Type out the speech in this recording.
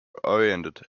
oriented